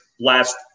last